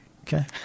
Okay